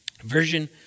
version